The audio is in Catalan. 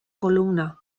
columna